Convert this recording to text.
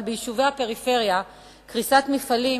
אבל ביישובי הפריפריה קריסת מפעלים